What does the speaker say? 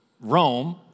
Rome